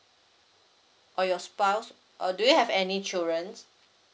oh your spouse uh do you have any children